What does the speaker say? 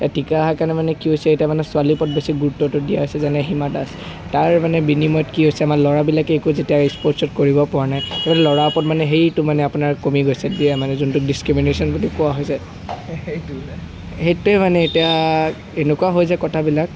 টিকাই অহা কাৰণে মানে কি হৈছে এতিয়া মানে ছোৱালীৰ ওপৰত বেছি গুৰুত্বটো দিয়া হৈছে যে যেনে হীমা দাস তাৰ মানে বিনিময়ত কি হৈছে আমাৰ ল'ৰাবিলাকে একো যেতিয়া স্পৰ্টচত কৰিবপৰা নাই ল'ৰাৰ ওপৰত মানে সেইটো মানে আপোনাৰ কমি গৈছে যিটো মানে ডিচক্ৰিমিনেশ্বন বুলি কোৱা হৈছে সেইটোৱে মানে এতিয়া এনেকুৱা হয় যে কথাবিলাক